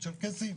צ'רקסים,